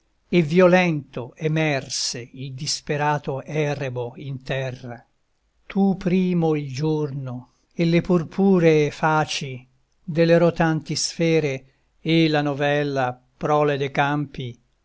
e violento emerse il disperato erebo in terra tu primo il giorno e le purpuree faci delle rotanti sfere e la novella prole de campi